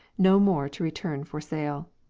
no more to return for sale.